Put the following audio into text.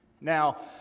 Now